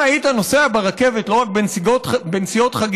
אם היית נוסע ברכבת לא רק בנסיעות חגיגות,